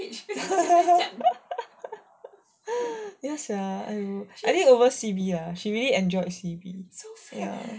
ya sia I think over C_B lah she really enjoyed C_B